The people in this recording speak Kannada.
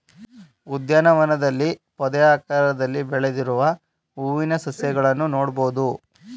ಉದ್ಯಾನವನದಲ್ಲಿ ಪೊದೆಯಾಕಾರದಲ್ಲಿ ಬೆಳೆದಿರುವ ಹೂವಿನ ಸಸಿಗಳನ್ನು ನೋಡ್ಬೋದು